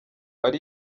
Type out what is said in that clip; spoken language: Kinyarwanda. ari